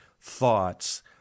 thoughts